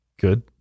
good